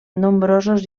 nombrosos